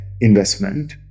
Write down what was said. investment